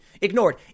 ignored